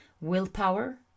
willpower